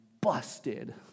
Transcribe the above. busted